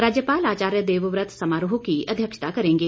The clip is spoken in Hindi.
राज्यपाल आचार्य देवव्रत समारोह की अध्यक्षता करेंगे